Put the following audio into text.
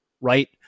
right